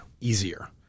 easier